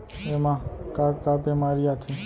एमा का का बेमारी आथे?